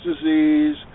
disease